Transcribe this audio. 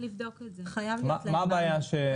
מה הבעיה שיעשו שלוחה משהו?